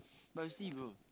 but you see bro